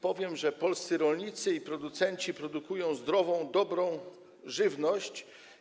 Powiem, że polscy rolnicy i producenci produkują zdrową, dobrą żywność.